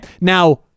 Now